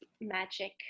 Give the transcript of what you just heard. magic